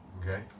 Okay